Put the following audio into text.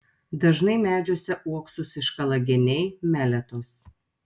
dažnai medžiuose uoksus iškala geniai meletos